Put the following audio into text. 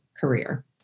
career